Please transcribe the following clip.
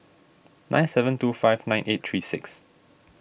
nine seven two five nine eight three six